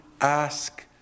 ask